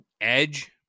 Edge